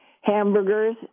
hamburgers